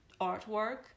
artwork